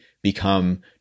become